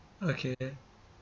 okay then